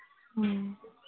ꯎꯝ